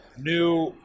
new